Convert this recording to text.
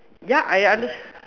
ya I under